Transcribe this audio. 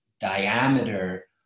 diameter